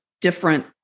different